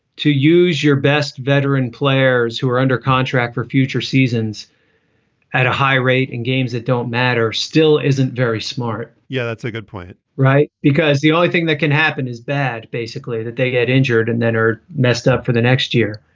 to use your best veteran players who are under contract for future seasons at a high rate in games that don't matter still isn't very smart. yeah, that's a good point, right? because the only thing that can happen is bad, basically that they get injured and then are messed up for the next year.